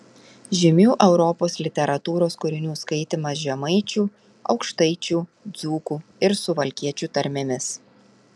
žymių europos literatūros kūrinių skaitymas žemaičių aukštaičių dzūkų ir suvalkiečių tarmėmis